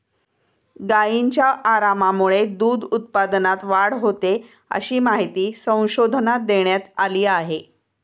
गायींच्या आरामामुळे दूध उत्पादनात वाढ होते, अशी माहिती संशोधनात देण्यात आली आहे